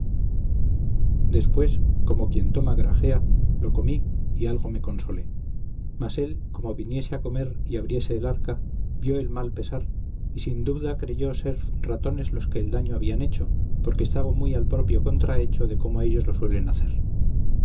después como quien toma gragea lo comí y algo me consolé mas él como viniese a comer y abriese el arca vio el mal pesar y sin dubda creyó ser ratones los que el daño habían hecho porque estaba muy al propio contrahecho de como ellos lo suelen hacer